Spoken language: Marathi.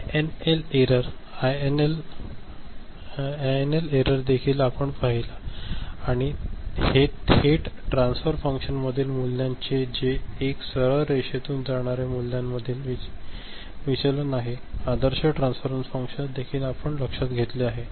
आयएनएल एरर आयएनएल एरर देखील आपण पाहिली आहे आणि हे थेट ट्रान्सफर फंक्शनमधील मूल्यांचे जे एक सरळ रेषेतून जाणाऱ्या मूल्यांमधील विचलन आहे आदर्श ट्रान्सफर फंक्शन देखील आपण लक्षात घेतले आहे